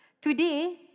Today